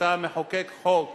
כשאתה מחוקק חוק,